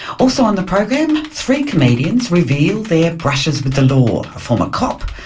also on the program, three comedians reveal their brushes with the law. a former cop,